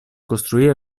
costruire